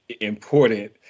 important